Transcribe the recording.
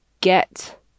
get